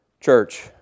church